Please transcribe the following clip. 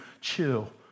chill